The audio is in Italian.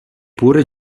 pure